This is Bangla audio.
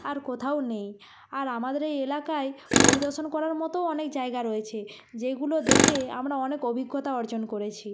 আর কোথাও নেই আর আমাদের এই এলাকায় পরিদর্শন করার মতোও অনেক জায়গা রয়েছে যেইগুলো দেখে আমরা অনেক অভিজ্ঞতা অর্জন করেছি